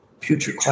future